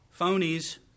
phonies